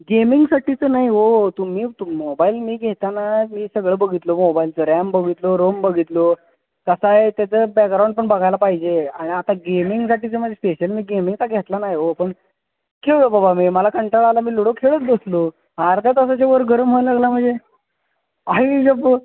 गेमिंगसाठीचं नाही अहो तुम्ही तुम मोबाईल मी घेताना मी सगळं बघितलं मोबाईलचं रॅम बघितलो रोम बघितलो कसं आहे त्याचं बॅकग्राऊंड पण बघायला पाहिजे आणि आता गेमिंगसाठीचं म्हणजे स्पेशल मी गेमिंगचा घेतला नाही अहो पण खेळलो बाबा मी मला कंटाळा आला मी लूडो खेळत बसलो अर्ध्या तासाच्या वर गरम व्हायला लागला म्हणजे आहे आई शप